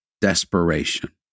desperation